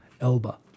Elba